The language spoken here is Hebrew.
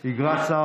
אני ביקשתי שאלה